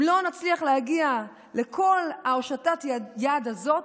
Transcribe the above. אם לא נצליח להגיע להושטת היד הזאת,